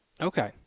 Okay